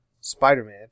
Spider-Man